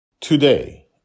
Today